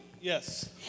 Yes